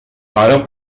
ara